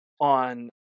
on